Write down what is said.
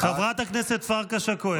חברת הכנסת פרקש הכהן.